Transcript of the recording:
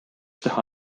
teha